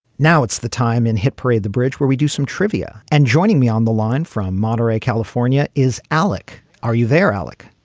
now it's the time in hit parade, the bridge where we do some trivia. and joining me on the line from monterrey, california, is alec are you there, alec?